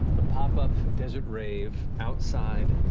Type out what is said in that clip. the pop-up desert rave outside